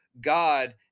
God